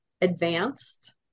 advanced